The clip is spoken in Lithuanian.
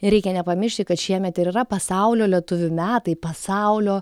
reikia nepamiršti kad šiemet ir yra pasaulio lietuvių metai pasaulio